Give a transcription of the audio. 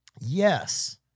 Yes